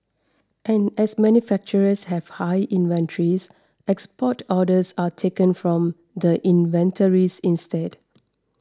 and as manufacturers have high inventories export orders are taken from the inventories instead